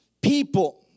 people